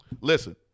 Listen